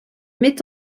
met